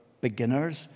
beginners